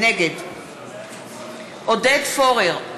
נגד עודד פורר,